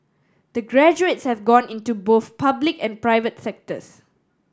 the graduates have gone into both public and private sectors